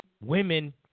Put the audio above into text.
women